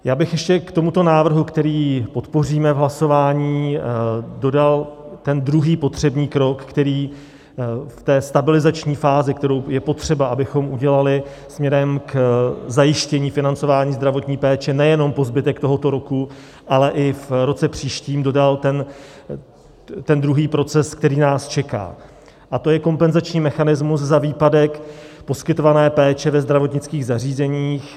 Já bych ještě k tomuto návrhu, který podpoříme v hlasování, dodal ten druhý potřebný krok, který v té stabilizační fázi, kterou je potřeba, abychom udělali směrem k zajištění financování zdravotní péče nejenom po zbytek tohoto roku, ale i v roce příštím, dodal ten druhý proces, který nás čeká, a to je kompenzační mechanismus za výpadek poskytované péče ve zdravotnických zařízeních.